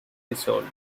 dissolved